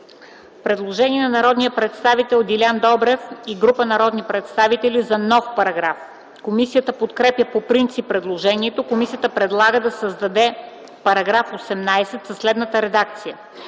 Предложение на народния представител Делян Добрев и група народни представители за нов параграф. Комисията подкрепя предложението. Комисията предлага да се създаде нов § 12 със следната редакция: